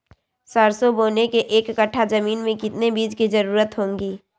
सरसो बोने के एक कट्ठा जमीन में कितने बीज की जरूरत होंगी?